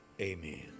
Amen